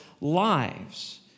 lives